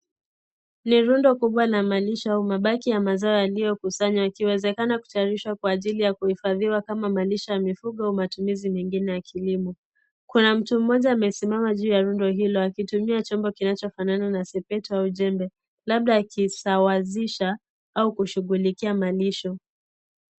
Ni rundo kubwa la malisho au mabaki ya mazao yaliyokusanywa yakiwezekana kutayarishwa kwa ajili ya kuhifadhiwa kama malisho ya mifugo au matumizi mengine ya kilimo. Kuna mtu mmoja amesimama juu ya rundo hilo akitumia chombo kinachofanana na sepetu au jembe, labda akisawazisha au kushughulikia malisho.